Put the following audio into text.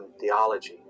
theology